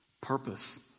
Purpose